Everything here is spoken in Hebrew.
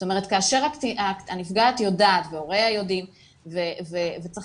זאת אומרת כאשר הנפגעת יודעת והוריה יודעים וצריך